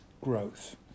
growth